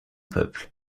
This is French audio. peuple